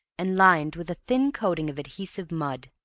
and lined with a thin coating of adhesive mud.